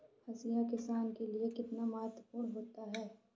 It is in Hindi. हाशिया किसान के लिए कितना महत्वपूर्ण होता है?